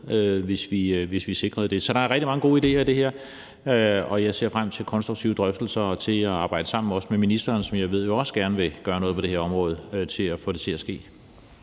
hvis vi sikrede det. Så der er rigtig mange gode idéer i det her, og jeg ser frem til konstruktive drøftelser og til at arbejde sammen, også med ministeren, som jeg jo ved også gerne vil gøre noget på det her område i forhold til at få det til at ske.